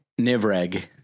Nivreg